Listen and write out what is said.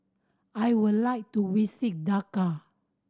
I would like to visit Dakar